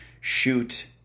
shoot